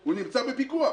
הוא נמצא בפיקוח.